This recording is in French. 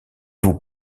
vous